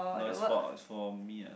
no is for is for me ah